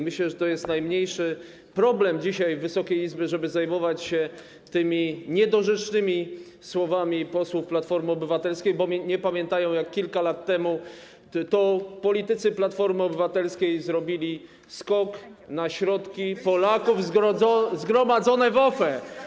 Myślę, że to jest dzisiaj najmniejszy problem Wysokiej Izby, żeby zajmować się tymi niedorzecznymi słowami posłów Platformy Obywatelskiej, bo nie pamiętają, jak kilka lat temu to politycy Platformy Obywatelskiej zrobili skok na środki Polaków zgromadzone w OFE.